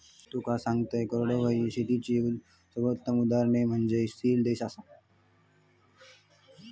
तुका सांगतंय, कोरडवाहू शेतीचे सर्वोत्तम उदाहरण म्हनजे इस्राईल देश आसा